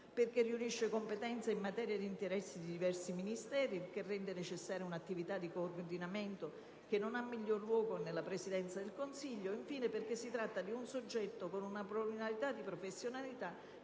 essa riunisce competenze in materia di interessi di diversi Ministeri e ciò rende necessaria un'attività coordinamento, che non ha migliore luogo della Presidenza del Consiglio. Infine, perché si tratta di un soggetto con una pluralità di professionalità,